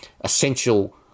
essential